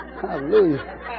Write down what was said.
Hallelujah